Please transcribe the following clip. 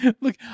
Look